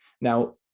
Now